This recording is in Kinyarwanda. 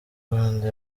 rwanda